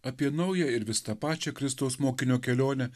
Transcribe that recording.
apie naują ir vis tą pačią kristaus mokinio kelionę